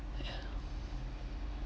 ya